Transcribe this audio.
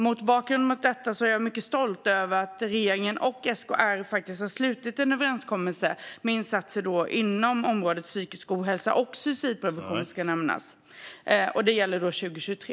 Mot bakgrund av detta är jag mycket stolt över att regeringen och SKR har slutit en överenskommelse om insatser inom området psykisk ohälsa - och suicidprevention, ska nämnas - för 2023.